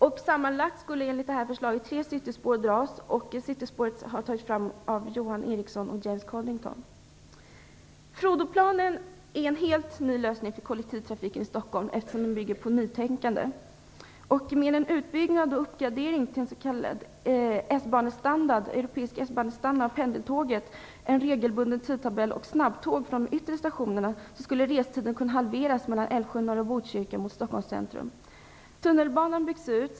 Enligt detta förslag skulle sammanlagt tre cityspår dras. Förslaget om Cityspåret har tagits fram av Johan Frodoplanen är en helt ny lösning för kollektivtrafiken i Stockholm, eftersom den bygger på nytänkande. Med en utbyggnad och uppgradering till en s.k.